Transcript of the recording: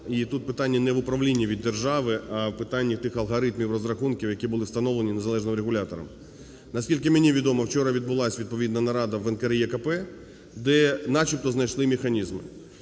і тут питання не в управлінні від держави, а в питанні тих алгоритмів розрахунків, які були встановлені незалежним регулятором. Наскільки мені відомо, вчора відбулась відповідна нарада в НКРЕКП, де начебто знайшли механізми.